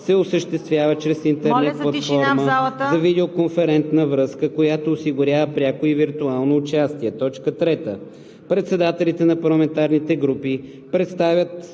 се осъществява чрез интернет платформа за видеоконферентна връзка, която осигурява пряко и виртуално участие. 3. Председателите на парламентарните групи представят